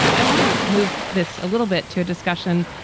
i want to move this a little bit to a discussion.